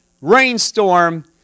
rainstorm